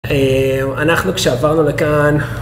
אנחנו כשעברנו לכאן